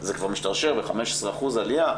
זה כבר משתרשר ב-15% עלייה,